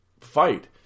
fight